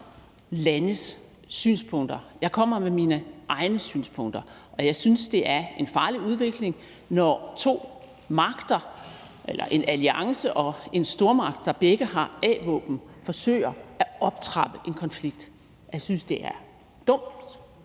landes synspunkter. Jeg kommer med mine egne synspunkter, og jeg synes, det er en farlig udvikling, når to magter eller en alliance og en stormagt, der begge har a-våben, forsøger at optrappe en konflikt. Jeg synes, det er dumt